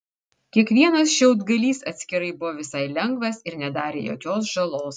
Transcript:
kiekvienas šiaudgalys atskirai buvo visai lengvas ir nedarė jokios žalos